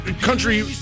country